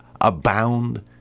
abound